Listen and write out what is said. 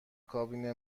کابین